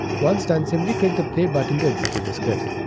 once done, simply click the play button to execute the script.